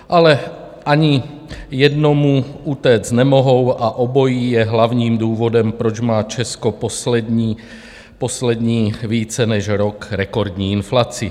Ale ani jednomu utéct nemohou a obojí je hlavním důvodem, proč má Česko poslední více než rok rekordní inflaci.